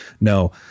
No